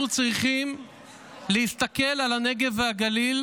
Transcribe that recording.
אנחנו צריכים להסתכל על הנגב והגליל